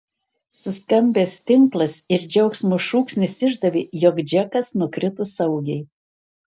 suskambęs tinklas ir džiaugsmo šūksnis išdavė jog džekas nukrito saugiai